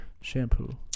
Shampoo